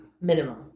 Minimum